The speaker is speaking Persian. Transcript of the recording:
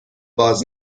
باز